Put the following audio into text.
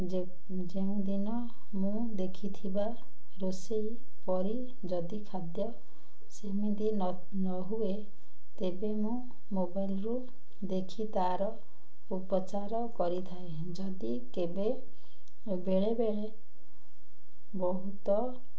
ଯେ ଯେଉଁଦିନ ମୁଁ ଦେଖିଥିବା ରୋଷେଇ ପରି ଯଦି ଖାଦ୍ୟ ସେମିତି ନ ନ ହୁଏ ତେବେ ମୁଁ ମୋବାଇଲ୍ରୁ ଦେଖି ତା'ର ଉପଚାର କରିଥାଏ ଯଦି କେବେ ବେଳେବେଳେ ବହୁତ